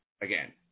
Again